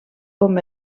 com